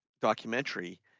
documentary